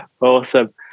Awesome